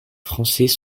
français